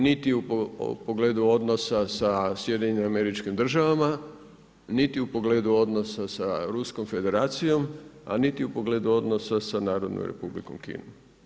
Niti u pogledu odnosa sa SAD-om, niti u pogledu odnosa sa Ruskom Federacijom a niti u pogledu odnosa sa Narodnom Republikom Kinom.